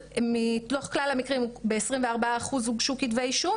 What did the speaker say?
מתוך כלל המקרים ב-24 אחוז הוגשו כתבי אישום